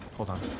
hold on.